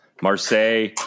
Marseille